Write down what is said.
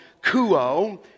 kuo